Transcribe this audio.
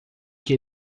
que